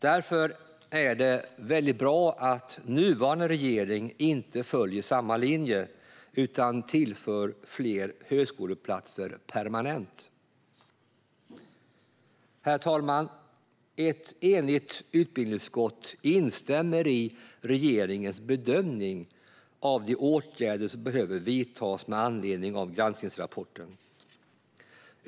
Därför är det bra att nuvarande regering inte följer samma linje utan tillför fler högskoleplatser permanent. Herr talman! Ett enigt utbildningsutskott instämmer i regeringens bedömning av de åtgärder som behöver vidtas med anledning av granskningsrapporten.